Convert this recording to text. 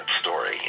story